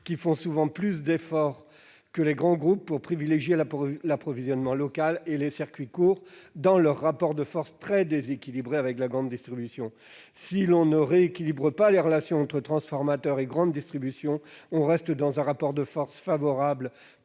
qui font souvent plus d'effort que les grands groupes pour privilégier l'approvisionnement local et les circuits courts dans leur rapport de force très déséquilibré avec la grande distribution. Si on ne rééquilibre pas les relations entre transformateurs et grande distribution, on reste dans un rapport de force favorable